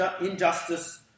Injustice